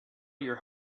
your